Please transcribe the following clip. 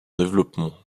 développement